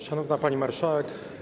Szanowna Pani Marszałek!